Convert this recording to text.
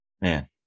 Man